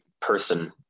person